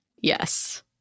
Yes